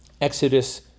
Exodus